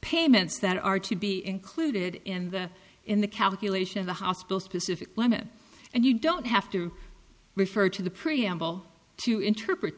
payments that are to be included in the in the calculation of the hospital specific lemma and you don't have to refer to the preamble to interpret